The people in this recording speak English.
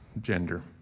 gender